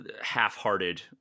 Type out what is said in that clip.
half-hearted